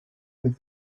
with